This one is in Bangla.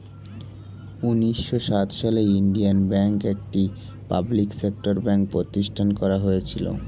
উন্নিশো সাত সালে ইন্ডিয়ান ব্যাঙ্ক, একটি পাবলিক সেক্টর ব্যাঙ্ক প্রতিষ্ঠান করা হয়েছিল